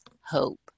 hope